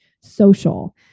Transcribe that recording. social